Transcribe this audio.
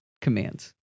commands